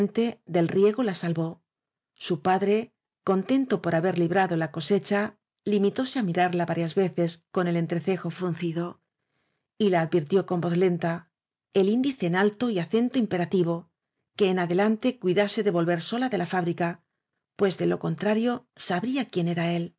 del riego la salvó su padre contento por haber librado la cosecha limitóse á mirarla varias veces con el entrecejo fruncido y la advirtió con voz lenta el índice en alto y acento impe rativo que en adelante cuidase de volver sola u la barraca de la fábrica pues de lo contrario sabría quién era él